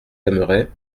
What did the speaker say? aimeraient